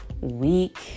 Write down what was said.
week